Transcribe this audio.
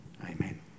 amen